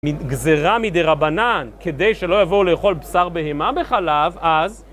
גזרה מידי רבנן כדי שלא יבואו לאכול בשר בהמה בחלב אז